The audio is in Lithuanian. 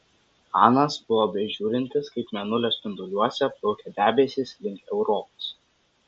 anas buvo bežiūrintis kaip mėnulio spinduliuose plaukia debesys link europos